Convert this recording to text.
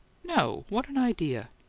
no! what an idea!